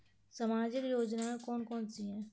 सामाजिक योजना कौन कौन सी हैं?